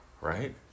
right